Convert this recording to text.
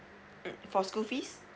mm for school fees